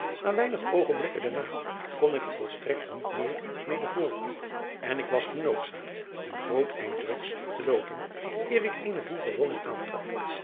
maar weinige oogenblikken daarna kon ik er volstrekt niet meer mede voort en ik was genoodzaakt een groot eind wegs driaan oosjes zn et leven van aurits ijnslager te loopen eer ik eene boerenwoning aantrof